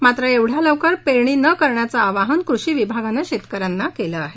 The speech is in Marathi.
मात्र एवढ्या लवकर पेरणी न करण्याचं आवाहन कृषि विभागानं शेतकऱ्यांना केलं आहे